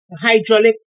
hydraulic